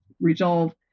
resolve